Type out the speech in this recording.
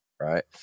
right